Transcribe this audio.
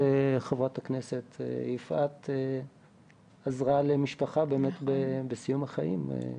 שחברת הכנסת יפעת עזרה למשפחה באמת בסיום החיים,